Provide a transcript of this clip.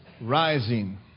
rising